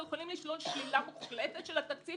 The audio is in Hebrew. יכולים לשלול שלילה מוחלטת של התקציב